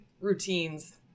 routines